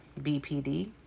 BPD